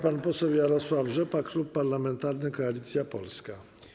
Pan poseł Jarosław Rzepa, Klub Parlamentarny Koalicja Polska.